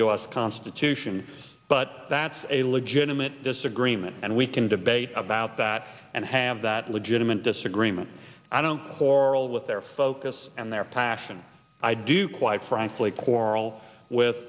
us constitution but that's a legitimate disagreement and we can debate about that and have that legitimate disagreement i don't quarrel with their focus and their passion i do quite frankly quarrel with